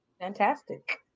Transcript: Fantastic